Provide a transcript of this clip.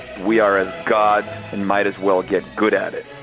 we are as gods and might as well get good at it.